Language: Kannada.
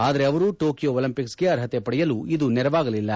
ಆದರೆ ಅವರು ಟೋಕಿಯೊ ಒಲಿಂಪಿಕ್ಸೆಗೆ ಅರ್ಹತೆ ಪಡೆಯಲು ಇದು ನೆರವಾಗಲಿಲ್ಲ